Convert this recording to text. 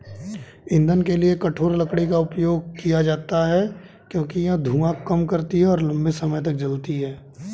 ईंधन के लिए कठोर लकड़ी का उपयोग किया जाता है क्योंकि यह धुआं कम करती है और लंबे समय तक जलती है